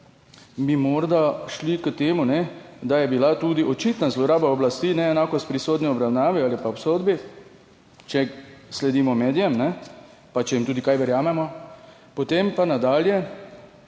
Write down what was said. bi morda šli k temu, da je bila tudi očitna zloraba oblasti neenakost pri sodni obravnavi ali pa obsodbi, če sledimo medijem pa če jim tudi kaj verjamemo. Potem pa nadalje: